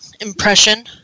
impression